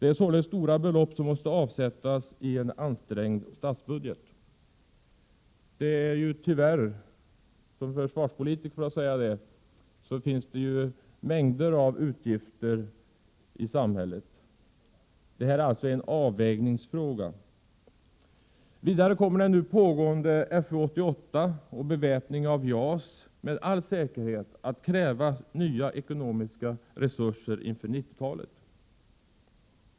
Det är således fråga om stora belopp som måste avsättas i en ansträngd statsbudget. Som försvarspolitiker måste jag säga att det här tyvärr är fråga om avvägningar mellan de mängder av utgifter som samhället har på olika områden. Vidare kommer den nu pågående FU 88 och beväpning av JAS med all säkerhet att kräva nya ekonomiska resurser inför 90-talet.